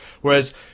whereas